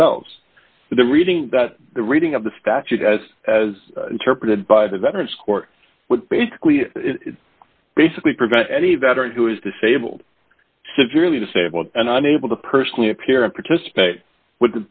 themselves the reading that the reading of the statute has as interpreted by the veterans court would basically basically prevent any veteran who is disabled severely disabled and unable to personally appear and participate with